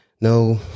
No